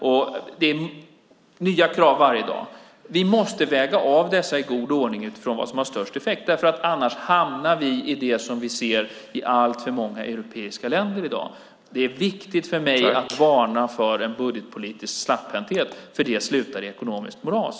Det är nya krav varje dag. Vi måste väga av detta i god ordning utifrån vad som har störst effekt. Annars hamnar vi i det som vi ser i alltför många europeiska länder i dag. Det är viktigt för mig att varna för en budgetpolitisk slapphänthet. Det slutar i ekonomiskt moras.